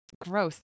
gross